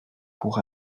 pour